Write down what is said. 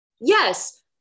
yes